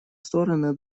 стороны